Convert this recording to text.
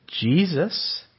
Jesus